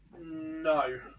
No